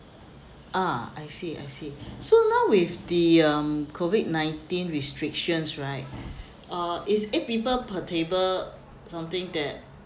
ah I see I see so now with the um COVID nineteen restrictions right uh is eight people per table something that